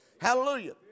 hallelujah